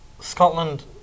scotland